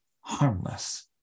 harmless